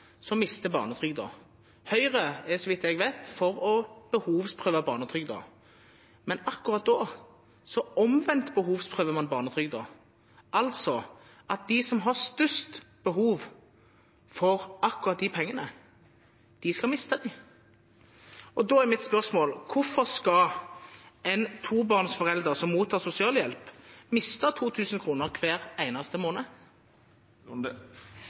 så vidt jeg vet, for å behovsprøve barnetrygden, men akkurat her behovsprøver man barnetrygden omvendt, altså at de som har størst behov for akkurat de pengene, skal miste dem. Da er mitt spørsmål: Hvorfor skal en tobarnsforelder som mottar sosialhjelp, miste 2 000 kr hver eneste måned?